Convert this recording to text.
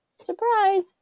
surprise